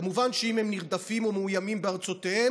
כמובן שאם הם נרדפים או מאוימים בארצותיהם,